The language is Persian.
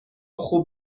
خوب